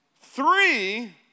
Three